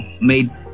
made